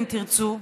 אם תרצו,